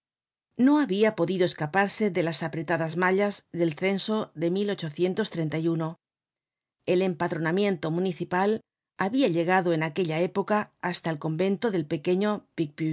no habia podido escaparse de las apretadas mallas del censo de el empadronamiento municipal habia llegado en aquella época hasta el convento del pequeño